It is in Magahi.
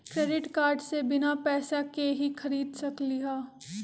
क्रेडिट कार्ड से बिना पैसे के ही खरीद सकली ह?